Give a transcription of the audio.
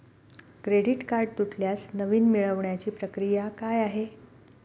Credit card तुटल्यास नवीन मिळवण्याची प्रक्रिया काय आहे?